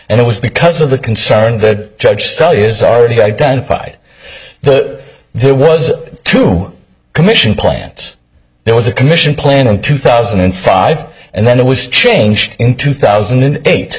and it was because of the concern that judge sell yours already identified that there was to commission plants there was a commission plan in two thousand and five and then it was changed in two thousand and eight